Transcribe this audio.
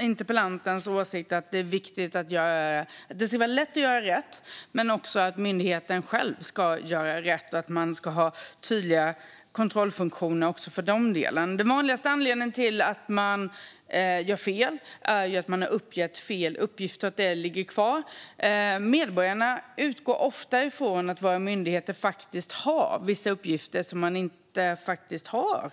interpellantens åsikt att det ska vara lätt att göra rätt men också att myndigheten själv ska göra rätt och att man ska ha tydliga kontrollfunktioner även för den delen. Den vanligaste anledningen till att man gör fel är att man har uppgett fel uppgifter och att de ligger kvar. Medborgarna utgår ofta från att våra myndigheter har vissa uppgifter som de faktiskt inte har.